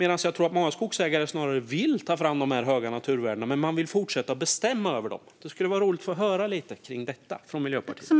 Jag tror att många skogsägare snarare vill ta fram de här naturvärdena, men man vill fortsätta bestämma över dem. Det skulle vara roligt att få höra lite om detta från Miljöpartiet.